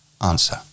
Answer